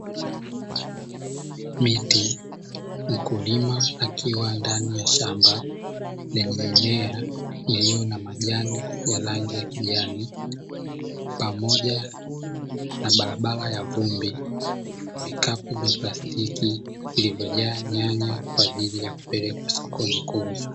Miti, mkulima akiwa ndani ya shamba lenye mimea iliyo na majani ya rangi ya kijani pamoja na barabara ya vumbi. Vikapu vya plastiki vilivyojaa nyanya kwa ajili ya kupelekwa sokoni kuuzwa.